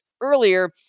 earlier